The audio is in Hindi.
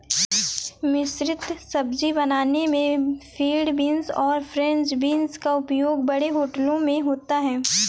मिश्रित सब्जी बनाने में फील्ड बींस और फ्रेंच बींस का उपयोग बड़े होटलों में होता है